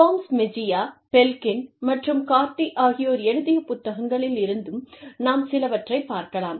Gomez Mejia Balkin மற்றும் Cardy ஆகியோர் எழுதிய புத்தகங்களில் இருந்தும் நாம் சிலவற்றை பார்க்கலாம்